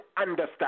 understand